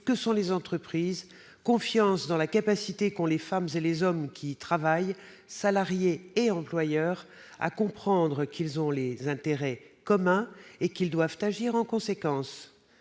que sont les entreprises, confiance dans la capacité qu'ont les femmes et les hommes qui y travaillent, salariés comme employeurs, à comprendre qu'ils ont des intérêts communs et qu'ils doivent agir en conséquence.